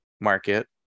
market